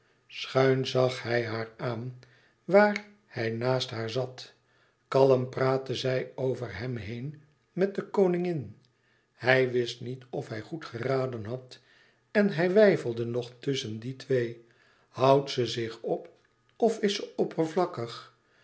schuin zag hij haar aan waar hij naast haar zat kalm praatte zij over hem heen met de koningin hij wist niet of hij goed geraden had en hij weifelde nog tusschen die twee houdt ze zich op of is ze oppervlakkig